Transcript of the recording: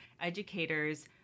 educators